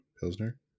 Pilsner